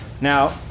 Now